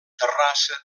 terrassa